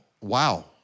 wow